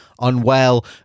unwell